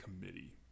committee